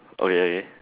okay